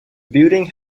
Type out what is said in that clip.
building